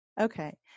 Okay